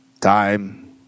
Time